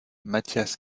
matthias